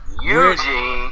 Eugene